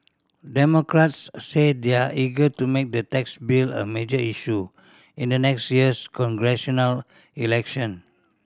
democrats say they're eager to make the tax bill a major issue in the next year's congressional election